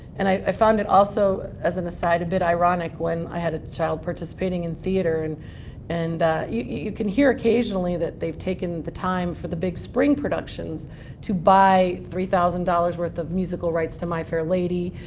and i found it also, as an aside, a bit ironic when i had a child participating in theater and and you can hear occasionally that they've taken the time for the big spring productions to buy three thousand dollars worth of musical rights to my fair lady,